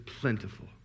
plentiful